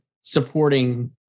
Supporting